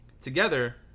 together